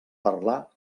parlar